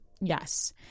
yes